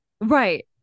right